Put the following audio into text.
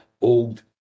old